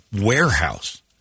warehouse